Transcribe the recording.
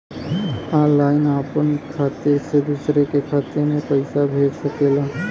online आपन खाते से दूसर के खाते मे पइसा भेज सकेला